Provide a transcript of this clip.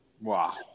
wow